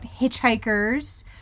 hitchhikers